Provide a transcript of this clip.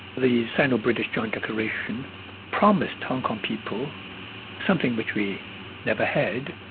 the sino-british joint declaration promised hong kong people something which we never had,